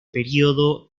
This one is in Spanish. período